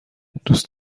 دوست